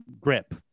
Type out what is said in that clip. grip